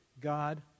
God